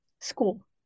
school